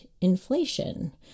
inflation